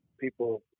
people